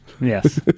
yes